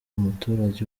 umuturage